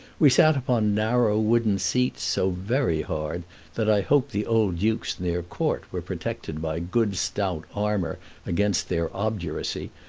we sat upon narrow wooden seats so very hard that i hope the old dukes and their court were protected by good stout armor against their obduracy,